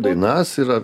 dainas yra